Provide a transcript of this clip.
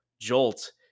jolt